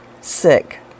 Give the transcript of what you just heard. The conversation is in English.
sick